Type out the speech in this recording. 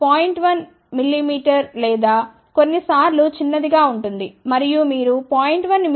1 mm లేదా కొన్నిసార్లు చిన్నదిగా ఉంటుంది మరియు మీరు 0